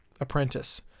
apprentice